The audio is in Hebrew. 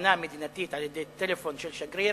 הזמנה מדינתית על-ידי טלפון של שגריר,